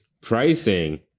pricing